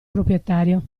proprietario